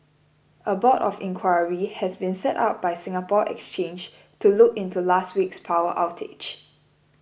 a board of inquiry has been set up by Singapore Exchange to look into last week's power outage